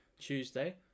Tuesday